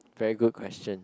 very good question